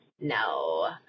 no